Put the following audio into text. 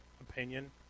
opinion